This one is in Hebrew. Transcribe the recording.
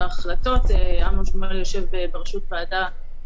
מקבל את ההערה ונעשה בדיקה בעניין הזה.